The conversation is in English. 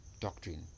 doctrine